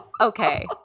Okay